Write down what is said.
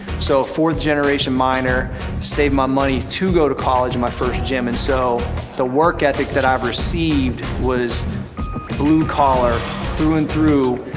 so fourth generation miner saved my money to go to college and my first gym and so the work ethic that i have received was blue collar through and through,